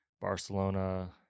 Barcelona